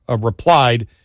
replied